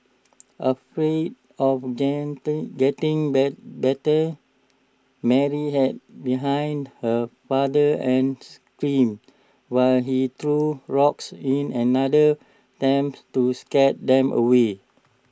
afraid of getting getting bite bitten Mary hid behind her father and screamed while he threw rocks in another attempt to scare them away